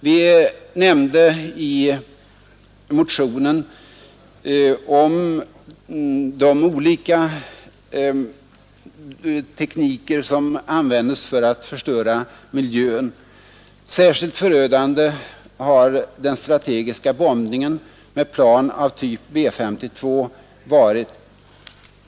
Vi nämnde i motionen den teknik som används för att förstöra miljön. Särskilt förödande har den strategiska bombningen med plan av typen B-52 varit.